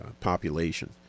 population